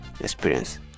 experience